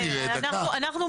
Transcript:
לימור סון הר מלך (עוצמה יהודית): אנחנו מדברים,